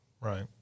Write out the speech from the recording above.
right